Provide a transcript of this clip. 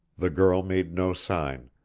the girl made no sign.